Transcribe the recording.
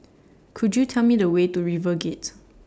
Could YOU Tell Me The Way to RiverGate